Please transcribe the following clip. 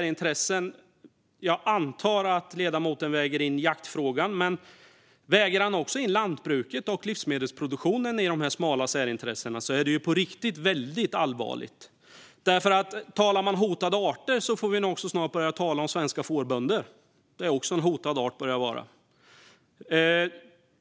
Jag antar att ledamoten väger in jaktfrågan, men väger han också in lantbruket och livsmedelsproduktionen i de smala särintressena är det på riktigt väldigt allvarligt. Talar vi om hotade arter får vi nämligen snart också börja tala om svenska fårbönder. Det börjar också vara en hotad art.